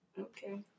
Okay